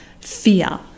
fear